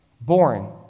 Born